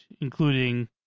including